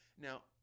Now